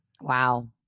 Wow